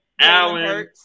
Allen